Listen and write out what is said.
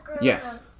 Yes